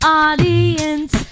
audience